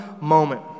moment